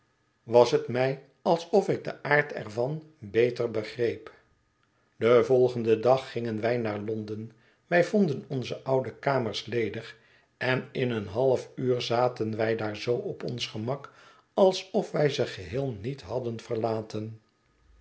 was het mij alsof ik den aard er van beter begreep den volgenden dag gingen wij naar londen wij vonden onze oude kamers ledig en in een half uur zaten wij daar zoo op ons gemak alsof wij ze geheel niet hadden verlaten